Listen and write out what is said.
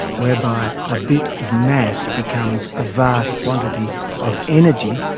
whereby a bit of mass becomes a vast quantity of energy,